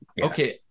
okay